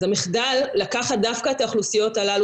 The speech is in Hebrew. אז המחדל לקחת דווקא את האוכלוסיות הללו